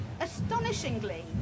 Astonishingly